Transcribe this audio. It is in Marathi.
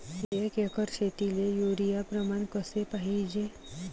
एक एकर शेतीले युरिया प्रमान कसे पाहिजे?